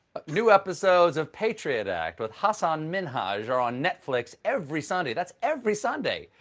new episodes of patriot act with hasan minhaj are on netflix every sunday. that's every sunday.